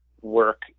work